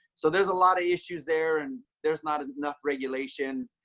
so there's a lot of issues there and there's not enough regulation.